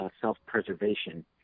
self-preservation